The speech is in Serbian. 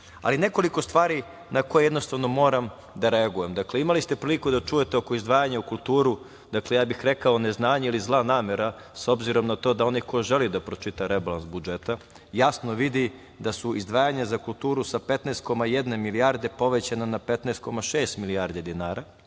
Nekoliko stari, na koje jednostavno moram da reagujem. Dakle, imali ste priliku da čujete oko izdvajanja u kulturu, ja bih rekao neznanje ili zna namera obzirom na to da onaj ko želi da pročita rebalans budžeta jasno vidi da su izdvajanja za kulturu sa 15,1 milijarde povećana na 15,6 milijardi dinara,